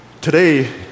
Today